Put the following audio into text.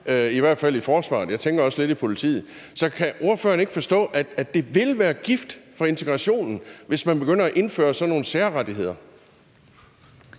i hvert fald i forsvaret, og jeg tænker også lidt i politiet. Så kan ordføreren ikke forstå, at det vil være gift for integrationen, hvis man begynder at indføre sådan nogle særrettigheder?